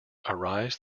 arise